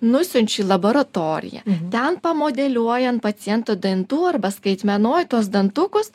nusiunčiu į laboratoriją ten pamodeliuojant paciento dantų arba skaitmenoj tuos dantukus